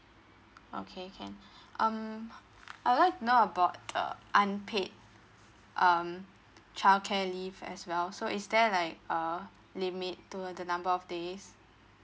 okay can um I would like to know about the unpaid um childcare leave as well so is there like uh limit to uh the number of days